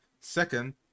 Second